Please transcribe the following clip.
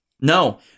No